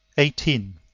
eighteen.